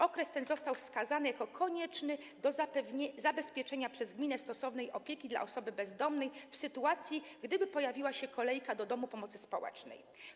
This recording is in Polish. Okres ten został wskazany jako konieczny do zapewnienia przez gminę stosownej opieki osobie bezdomnej w sytuacji, gdyby pojawiła się kolejka do domu pomocy społecznej.